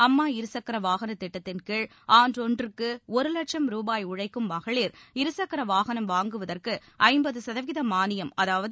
அம்மா இருசக்கர வாகனத் திட்டத்தின் கீழ் ஆண்டொன்றுக்கும் ஒரு வட்சம் உழைக்கும் மகளிர் இரு சக்கர வாகனம் வாங்குவதற்கு ஐம்பது சதவீத மானியம் அதாவது